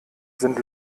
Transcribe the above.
sind